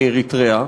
מאריתריאה.